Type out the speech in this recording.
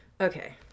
Okay